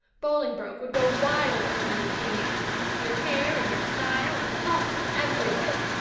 bolingbroke would go wild over you, queen anne your hair and your style and, oh, everything!